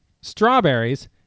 strawberries